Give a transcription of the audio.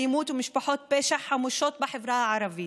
אלימות ומשפחות פשע חמושות בחברה הערבית,